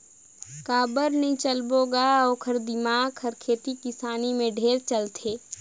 काबर नई चलबो ग ओखर दिमाक हर खेती किसानी में ढेरे चलथे